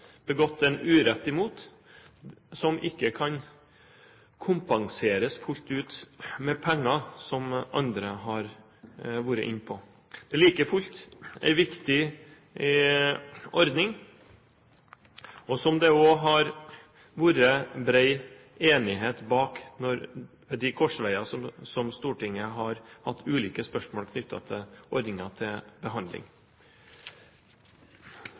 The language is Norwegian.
begått en urett imot – en urett som ikke kan kompenseres fullt ut med penger, som andre har vært inne på. Like fullt er det en viktig ordning, som det også har vært bred enighet om ved de korsveier der Stortinget har hatt ulike spørsmål knyttet til ordningen til behandling.